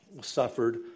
suffered